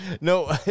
No